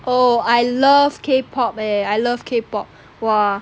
oh I love K pop leh I love K pop !wah!